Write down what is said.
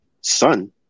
son